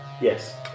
Yes